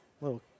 little